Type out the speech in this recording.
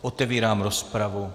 Otevírám rozpravu.